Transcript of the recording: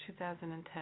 2010